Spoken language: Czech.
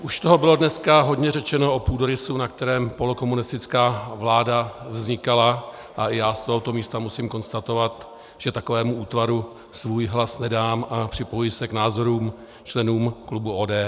Už toho bylo dneska hodně řečeno o půdorysu, na kterém polokomunistická vláda vznikala, a i já z tohoto místa musím konstatovat, že takovému útvaru svůj hlas nedám, a připojuji se k názorům členů klubu ODS.